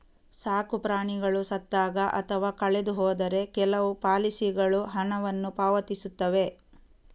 ಸಾಕು ಪ್ರಾಣಿಗಳು ಸತ್ತಾಗ ಅಥವಾ ಕಳೆದು ಹೋದರೆ ಕೆಲವು ಪಾಲಿಸಿಗಳು ಹಣವನ್ನು ಪಾವತಿಸುತ್ತವೆ